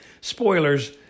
spoilers